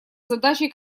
задачах